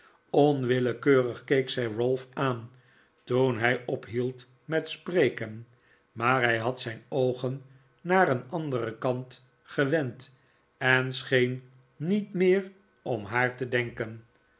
onwillekeurig keek zij ralph aan toen hij ophield met spreken maar hij had zijn oogen naar een anderen kant gewend en scheen niet meer om haar te denken